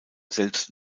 selbst